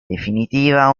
definitiva